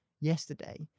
yesterday